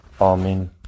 Amen